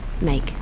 make